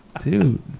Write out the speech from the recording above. Dude